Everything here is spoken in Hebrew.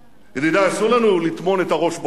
רבותי, אסור לנו לטמון את הראש בחול,